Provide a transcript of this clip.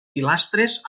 pilastres